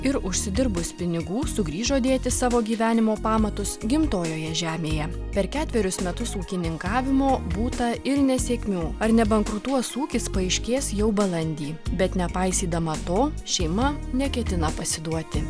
ir užsidirbus pinigų sugrįžo dėti savo gyvenimo pamatus gimtojoje žemėje per ketverius metus ūkininkavimo būta ir nesėkmių ar nebankrutuos ūkis paaiškės jau balandį bet nepaisydama to šeima neketina pasiduoti